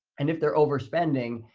and if they're overspending,